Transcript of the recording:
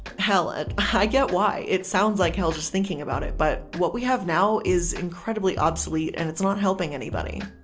hell and i get why it sounds like hell, just thinking about it but what we have now is incredibly obsolete and it's not helping anybody.